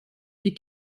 die